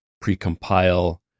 pre-compile